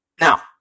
Now